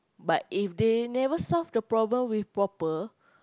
but if they never solve the problem with proper